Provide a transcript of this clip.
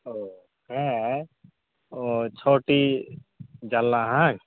ᱚ ᱦᱮᱸ ᱚ ᱪᱷᱚᱴᱤ ᱡᱟᱱᱟᱞᱟ ᱦᱮᱸᱵᱟᱝ